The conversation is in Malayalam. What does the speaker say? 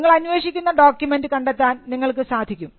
നിങ്ങൾ അന്വേഷിക്കുന്ന ഡോക്യുമെൻറ് കണ്ടെത്താൻ നിങ്ങൾക്ക് സാധിക്കും